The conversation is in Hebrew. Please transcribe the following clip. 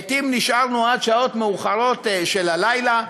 לעתים נשארנו עד שעות מאוחרות של הלילה.